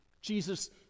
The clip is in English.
Jesus